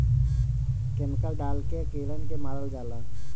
chemical डाल के कीड़न के मारल जाला